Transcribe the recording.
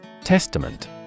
Testament